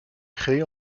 créé